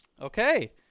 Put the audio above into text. Okay